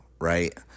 right